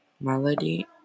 melody